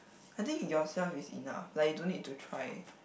I think yourself is enough like you don't need to try